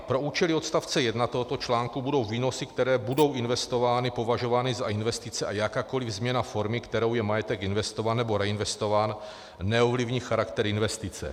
Pro účely odst. 1 tohoto článku budou výnosy, které budou investovány, považovány za investice a jakákoliv změna formy, kterou je majetek investován nebo reinvestován, neovlivní charakter investice.